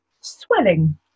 swelling